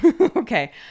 okay